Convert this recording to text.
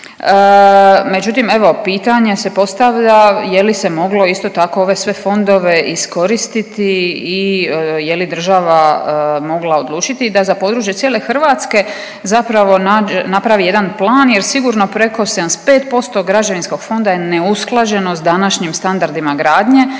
međutim, evo, pitanje se postavlja je li se moglo, isto tako, ove sve fondove iskoristiti i je li država mogla odlučiti da za područje cijele Hrvatske zapravo napravi jedan plan jer sigurno preko 75% građevinskog fonda je neusklađeno s današnjim standardima gradnje